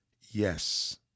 Yes